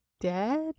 dead